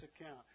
account